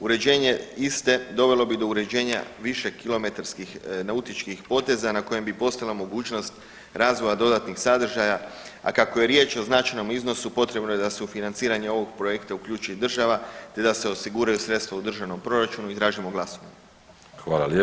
Uređenje iste dovelo bi do uređenja više kilometarskih nautičkih poteza na kojem bi postojala mogućnost razvoja dodatnih sadržaja, a kako je riječ o značajnom iznosu potrebno je da se u financiranje ovog projekta uključi i država te da se osiguraju sredstva u državnom proračunu i tražimo glasovanje.